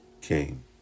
came